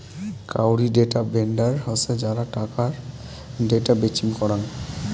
কাউরী data vendor হসে যারা টাকার ডেটা বেচিম করাং